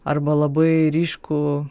arba labai ryškų